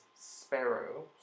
Sparrow